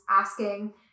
asking